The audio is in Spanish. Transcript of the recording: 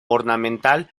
ornamental